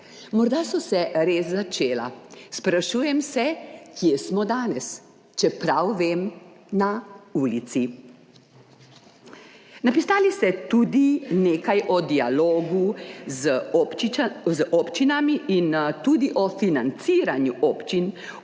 Morda so se res začela. Sprašujem se, kje smo danes, čeprav vem na ulici. Napisali ste tudi nekaj o dialogu z ob z občinami in tudi o financiranju občin,